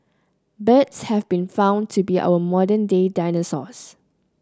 birds have been found to be our modern day dinosaurs